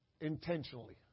intentionally